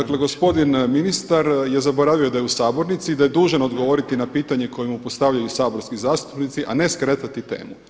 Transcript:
Dakle gospodin ministar je zaboravio da je u sabornici i da je dužan odgovoriti na pitanje koje mu postavljaju saborski zastupnici, a ne skretati temu.